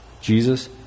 Jesus